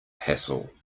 hassle